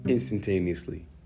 Instantaneously